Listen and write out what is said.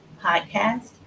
podcast